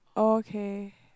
okay